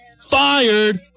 fired